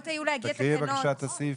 תקריאי בבקשה את הסעיף.